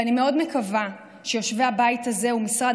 אני מאוד מקווה שיושבי הבית הזה ומשרד